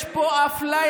יש פה אפליה,